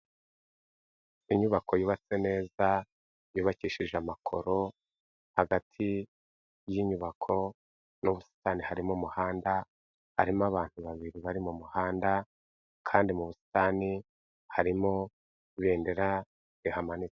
Inyubako yubatse neza, yubakishije amakoro, hagati y'inyubako n'ubusitani harimo umuhanda, harimo abantu babiri bari mu muhanda, kandi mu busitani harimo ibendera rihamanitse.